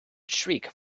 shriek